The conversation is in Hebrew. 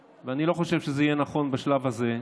אני לא חושב שזה יהיה נכון בשלב הזה,